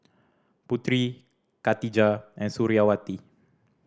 Putri Khatijah and Suriawati